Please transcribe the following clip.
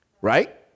Right